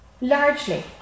Largely